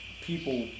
people